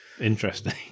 interesting